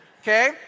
okay